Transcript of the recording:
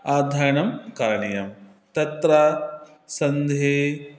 अध्ययनं करणीयं तत्र सन्धिः